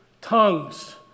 tongues